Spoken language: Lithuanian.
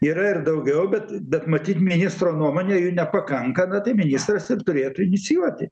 yra ir daugiau bet bet matyt ministro nuomone jų nepakanka na tai ministras ir turėtų inicijuoti